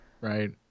Right